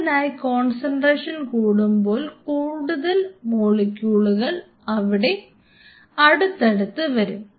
അതിനായി കോൺസെൻട്രേഷൻ കൂടുമ്പോൾ കൂടുതൽ മോളിക്യൂളുകൾ അവിടെ അടുത്തടുത്ത് വരും